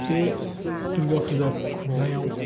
बे दुरगा फुजा खुंनायाव